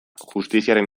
justiziaren